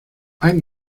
ein